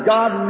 God